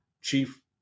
chief